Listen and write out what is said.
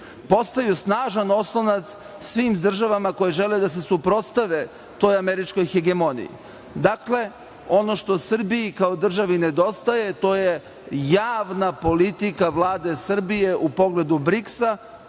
postaju snažan oslonac svim državama koje žele da se suprotstave toj američkoj hegemoniji. Dakle, ono što Srbiji kao državi nedostaje, to je javna politika Vlade Srbije u pogledu BRIKS-a